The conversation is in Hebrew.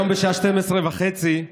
חבר הכנסת אלכס קושניר,